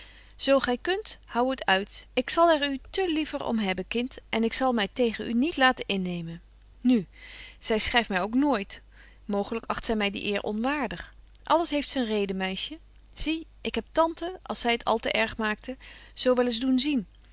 zo gy kunt hou het uit ik zal er u te liever om hebben kind en ik zal my tegen u niet laten innemen nu betje wolff en aagje deken historie van mejuffrouw sara burgerhart zy schryft my ook nooit mooglyk acht zy my die eer onwaardig alles heeft zyn reden meisje zie ik heb tante als zy het al te erg maakte zo wel eens doen zien